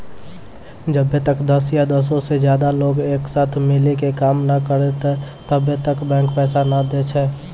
जब्बै तक दस या दसो से ज्यादे लोग एक साथे मिली के काम नै करै छै तब्बै तक बैंक पैसा नै दै छै